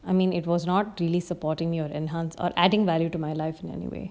I mean it was not really supporting you enhance or adding value to my life in anyway